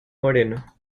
moreno